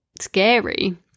scary